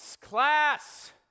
class